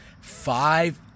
five